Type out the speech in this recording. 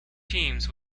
teams